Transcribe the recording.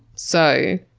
so,